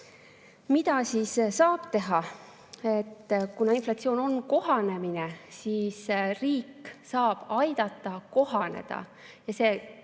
Mida siis saab teha? Kuna inflatsioon on kohanemine, siis riik saab aidata kohaneda. Keskeas